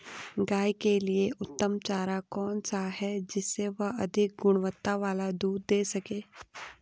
गाय के लिए उत्तम चारा कौन सा है जिससे वह अधिक गुणवत्ता वाला दूध दें सके?